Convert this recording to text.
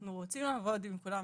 אנחנו רוצים לעבוד עם כולם,